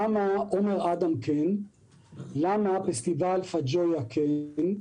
למה עומר אדם כן, למה פסטיבל פאנג'ויה כן,